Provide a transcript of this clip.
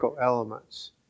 elements